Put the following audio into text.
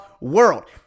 world